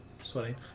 Sweating